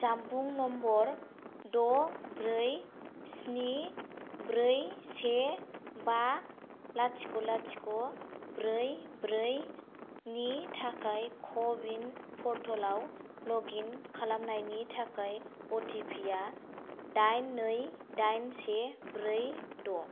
जानबुं नम्बर द' ब्रै स्नि ब्रै से बा लाथिख' लाथिख' ब्रै ब्रै नि थाखाय क' विन पर्टेलाव लग इन खालामनायनि थाखाय अटिपि आ दाइन नै दाइन से ब्रै द'